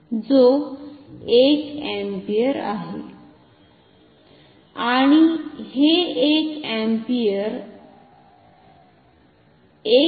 जो 1 अँपिअर आहे आणि हे 1 अँपिअर 1